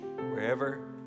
Wherever